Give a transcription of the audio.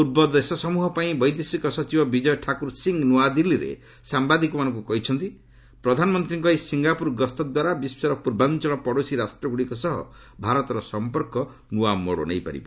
ପୂର୍ବ ଦେଶ ସମୂହ ପାଇଁ ବୈଦେଶିକ ସଚିବ ବିଜୟ ଠାକୁର ସିଂ ନୂଆଦିଲ୍ଲୀରେ ସାମ୍ବାଦିକମାନଙ୍କୁ କହିଛନ୍ତି ପ୍ରଧାନମନ୍ତ୍ରୀଙ୍କ ଏହି ସିଙ୍ଗାପୁର ଗସ୍ତ ଦ୍ୱାରା ବିଶ୍ୱର ପୂର୍ବାଞ୍ଚଳ ପଡୋଶୀ ରାଷ୍ଟ୍ରଗୁଡ଼ିକ ସହ ଭାରତର ସମ୍ପର୍କ ନୂଆ ମୋଡ଼ ନେଇପାରିବ